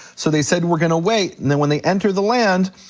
so they said we're gonna wait, then when they entered the land,